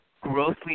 grossly